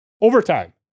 overtime